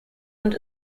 und